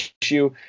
issue